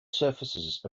surfaces